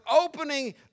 opening